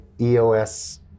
EOS